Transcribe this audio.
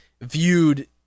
viewed